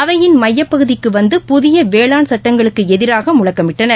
அவையின் மையப்பகுதிக்கு வந்து புதிய வேளாண் சட்டங்களுக்கு எதிராக முழக்கமிட்டனர்